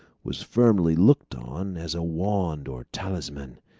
was firmly looked on as a wand or talisman.